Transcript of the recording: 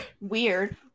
weird